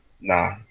nah